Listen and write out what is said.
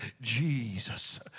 Jesus